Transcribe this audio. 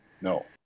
No